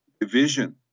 division